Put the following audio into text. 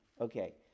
Okay